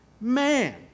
man